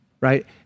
right